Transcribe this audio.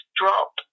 drop